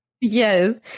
Yes